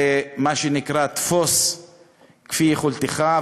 זה מה שנקרא "תפוס כפי יכולתך",